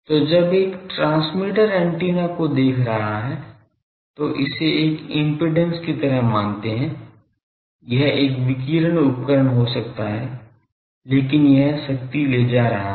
तो जब एक ट्रांसमीटर एंटीना को देख रहा है तो इसे एक इम्पीडेन्स की तरह मानते है यह एक विकिरण उपकरण हो सकता है लेकिन यह शक्ति ले रहा है